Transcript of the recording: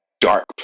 dark